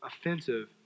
offensive